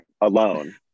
alone